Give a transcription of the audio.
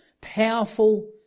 powerful